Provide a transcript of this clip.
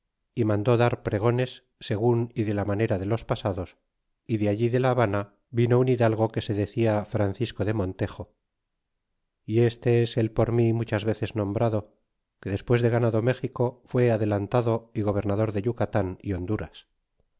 y mandó dar pregones segun y de la manera de los pasados y de allí de la habana vino un hidalgo que se decía francisco de montejo y este es el por mí muchas veces nombrado que despues de ganado méxico fue adelantado y gobernador de yucatan y honduras